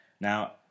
Now